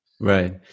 Right